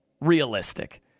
realistic